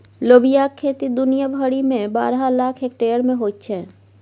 लोबियाक खेती दुनिया भरिमे बारह लाख हेक्टेयर मे होइत छै